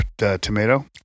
tomato